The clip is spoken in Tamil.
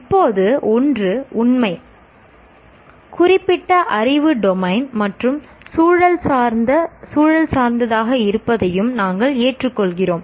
இப்போது ஒன்று உண்மை குறிப்பிட்ட அறிவு டொமைன் மற்றும் சூழல் சார்ந்ததாக இருப்பதையும் நாங்கள் ஏற்றுக்கொள்கிறோம்